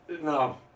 no